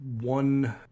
one